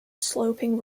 sloping